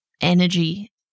energy